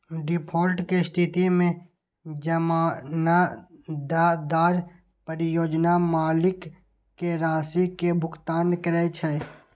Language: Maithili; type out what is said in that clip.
डिफॉल्ट के स्थिति मे जमानतदार परियोजना मालिक कें राशि के भुगतान करै छै